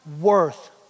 worth